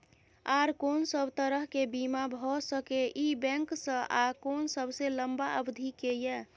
आर कोन सब तरह के बीमा भ सके इ बैंक स आ कोन सबसे लंबा अवधि के ये?